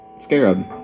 Scarab